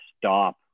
stop